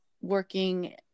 working